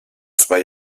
zwei